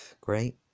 Great